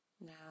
Now